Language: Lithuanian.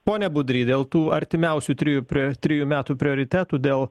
pone budry dėl tų artimiausių trijų prie trijų metų prioritetų dėl